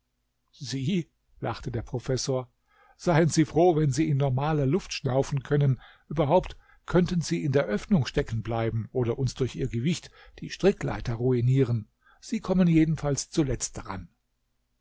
sie lachte der professor seien sie froh wenn sie in normaler luft schnaufen können überhaupt könnten sie in der öffnung stecken bleiben oder uns durch ihr gewicht die strickleiter ruinieren sie kommen jedenfalls zuletzt daran